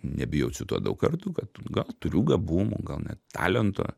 nebijau cituot daug kartų kad gal turiu gabumų gal net talento